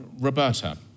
Roberta